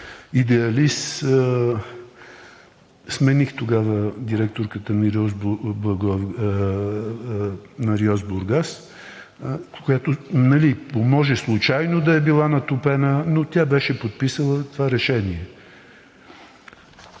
идеалист смених тогава директорката на РИОСВ – Бургас. Може случайно да е била натопена, но тя беше подписала това решение.